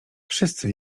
wszyscy